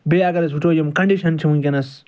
بیٚیہِ اَگر أسۍ یِم کَنٛڈِشَن چھِ ؤنکیٚنَس